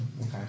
Okay